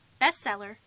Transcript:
Bestseller